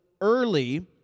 early